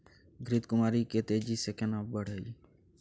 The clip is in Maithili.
घृत कुमारी के तेजी से केना बढईये?